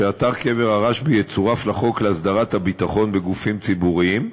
שאתר קבר הרשב"י יצורף לחוק להסדרת הביטחון בגופים ציבוריים,